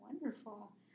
wonderful